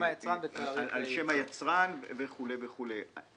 היצרן ----- על שם היצרן וכו' וכו'.